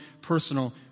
personal